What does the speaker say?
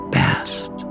best